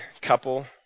couple